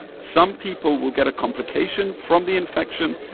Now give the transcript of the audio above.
some people will get a complication from the infection,